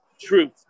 truth